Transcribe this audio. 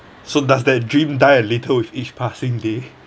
so does that dream die a little with each passing day